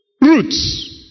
roots